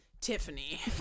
Tiffany